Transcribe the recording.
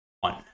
one